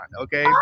okay